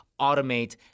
automate